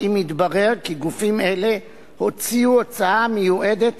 אם התברר כי גופים אלה הוציאו הוצאה המיועדת